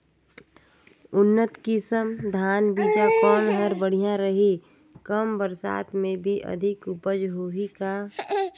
उन्नत किसम धान बीजा कौन हर बढ़िया रही? कम बरसात मे भी अधिक उपज होही का?